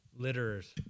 Litterers